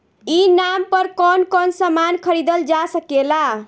ई नाम पर कौन कौन समान खरीदल जा सकेला?